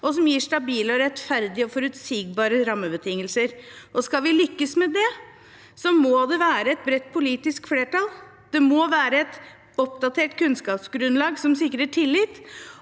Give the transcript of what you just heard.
og som gir stabile, rettferdige og forutsigbare rammebetingelser. Skal vi lykkes med det, må det være et bredt politisk flertall. Det må være et oppdatert kunnskapsgrunnlag som sikrer tillit.